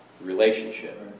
relationship